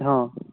ହଁ